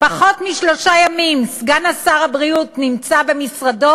פחות משלושה ימים סגן שר הבריאות נמצא במשרדו,